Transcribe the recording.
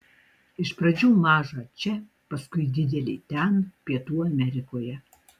iš pradžių mažą čia paskui didelį ten pietų amerikoje